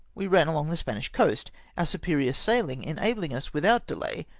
we ran along the spanish coast, our su perior sailing enabhng us, without delay,